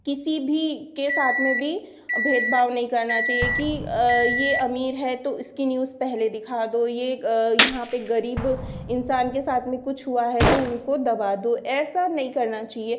किसी भी के साथ में भी भेद भाव नहीं करना चाहिए कि यह अमीर है तो इसकी न्यूज़ पहले दिखा दो यह यहाँ पर गरीब इंसान के साथ में कुछ हुआ है तो उनको दबा दो ऐसा नहीं करना चाहिए